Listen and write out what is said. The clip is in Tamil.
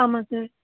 ஆமாம் சார்